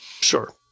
sure